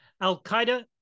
al-Qaeda